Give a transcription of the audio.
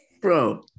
Bro